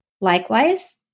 Likewise